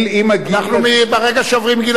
אנחנו ברגע שעוברים את גיל 45,